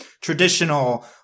traditional